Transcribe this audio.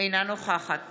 אינה נוכחת